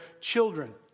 children